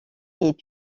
est